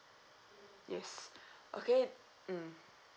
yes okay mm